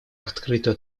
открытую